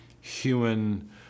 human